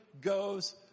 goes